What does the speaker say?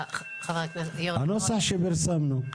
אני מתכוון לנוסח שפרסמנו.